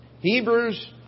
Hebrews